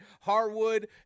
Harwood